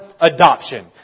adoption